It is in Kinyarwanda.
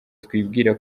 twibwira